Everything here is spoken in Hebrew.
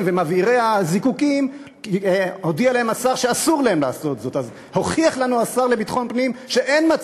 ומבעירי הזיקוקים הודיע להם השר לביטחון פנים שאסור להם לעשות זאת.